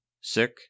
Sick